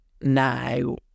now